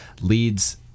leads